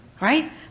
Right